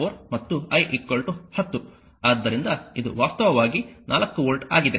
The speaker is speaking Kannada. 4 ಮತ್ತು I 10 ಆದ್ದರಿಂದ ಇದು ವಾಸ್ತವವಾಗಿ 4 ವೋಲ್ಟ್ ಆಗಿದೆ